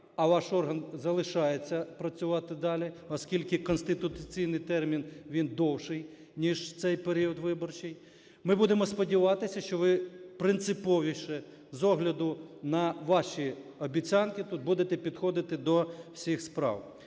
а ваш орган залишається працювати далі, оскільки конституційний термін він довший, ніж цей період виборчий. Ми будемо сподіватися, що ви принциповіше з огляду на ваші обіцянки тут будете підходити до всіх справ.